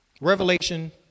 Revelation